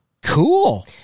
Cool